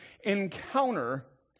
encounter